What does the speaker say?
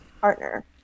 partner